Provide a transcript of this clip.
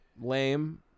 lame